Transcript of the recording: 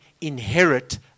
inherit